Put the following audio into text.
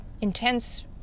intense